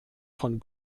von